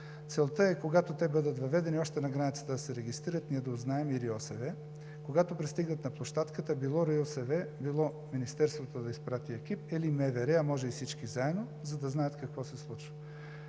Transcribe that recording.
Целта е, когато те бъдат въведени, още на границата да се регистрират, ние да узнаем, и РИОСВ, когато пристигнат на площадката – било РИОСВ, било Министерството да изпрати екип, или МВР, а може и всички заедно, за да знаят какво се случва.